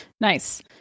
Nice